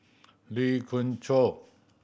Lee Khoon Choy